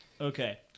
Okay